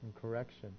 correction